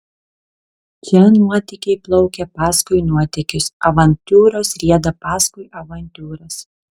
čia nuotykiai plaukia paskui nuotykius avantiūros rieda paskui avantiūras